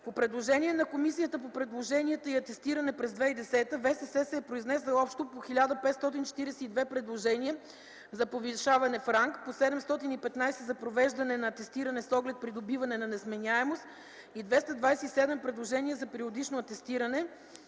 По предложение на Комисията по предложенията и атестирането през 2010 г. ВСС се е произнесъл общо по 1542 предложения за повишаване в ранг, по 715 – за провеждане на атестиране с оглед придобиване на несменяемост и 227 предложения за периодично атестиране,